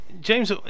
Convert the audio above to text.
james